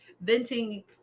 Venting